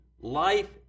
Life